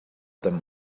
them